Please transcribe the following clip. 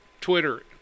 Twitter